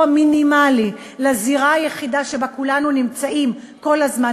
המינימלי לזירה היחידה שבה כולנו נמצאים כל הזמן,